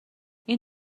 این